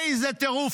איזה טירוף.